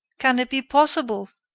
can it be possible?